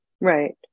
Right